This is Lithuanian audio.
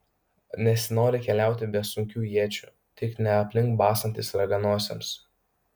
nesinori keliauti be sunkių iečių tik ne aplink bastantis raganosiams